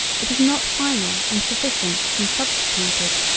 it is not final and sufficient and substituted.